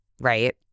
right